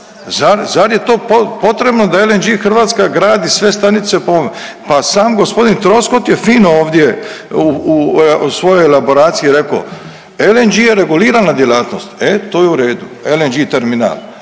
Zar je to potrebno da LNG-e Hrvatska gradi sve stanice po ovome? Pa sam gospodin Troskot je fino ovdje u svojoj elaboraciji rekao, LNG-e je regulirana djelatnost e to je u redu, LNG-e terminal.